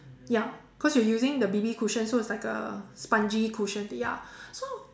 ya cause you using the B_B cushion so it's like a spongy cushion thing ya so